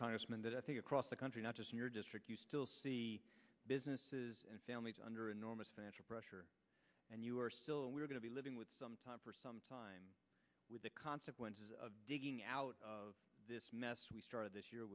congressman that i think across the country not just in your district you still see businesses and families under enormous financial pressure and you're still and we're going to be living with some time for some time with the consequences of digging out of this mess we started this year